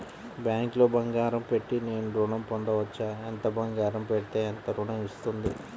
బ్యాంక్లో బంగారం పెట్టి నేను ఋణం పొందవచ్చా? ఎంత బంగారం పెడితే ఎంత ఋణం వస్తుంది?